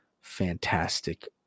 fantastic